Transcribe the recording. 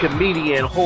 Comedian